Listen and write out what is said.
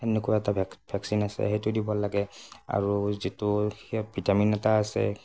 সেনেকুৱা এটা ভেকচিন আছে সেইটো দিব লাগে আৰু যিটো ভিটামিন এটা আছে